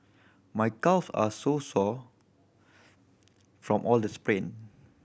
my calves are sore from all the sprint